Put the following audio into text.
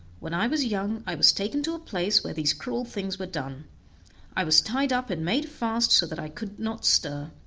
when i was young i was taken to a place where these cruel things were done i was tied up, and made fast so that i could not stir,